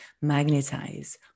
magnetize